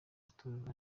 matorero